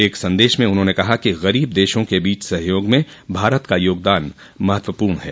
एक संदेश में उन्होंने कहा कि गरीब देशों के बीच सहयोग में भारत का योगदान महत्वपूर्ण है